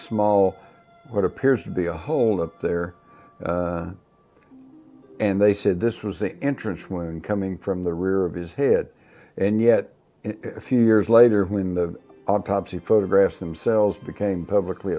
small what appears to be a hold up there and they said this was the entrance wound coming from the rear of his head and yet a few years later when the autopsy photographs themselves became publicly